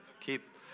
keep